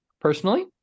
personally